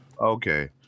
Okay